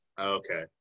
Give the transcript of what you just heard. Okay